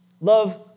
Love